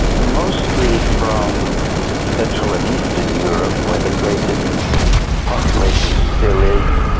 mostly from central and eastern europe where the greatest population still is,